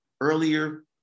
earlier